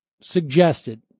suggested